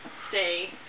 stay